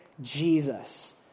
Jesus